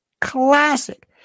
classic